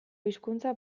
hizkuntza